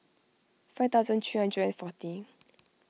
five thousand three hundred and forty